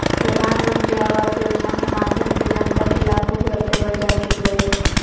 प्रधानमंत्री आवास योजना के माध्यम से जनता के लाखो घर देवल जा चुकलय हें